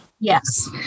Yes